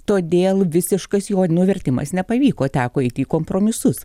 todėl visiškas jo nuvertimas nepavyko teko eit į kompromisus